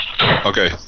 Okay